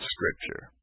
Scripture